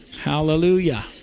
Hallelujah